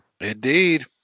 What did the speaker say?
Indeed